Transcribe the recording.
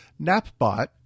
NapBot